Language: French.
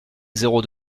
zéro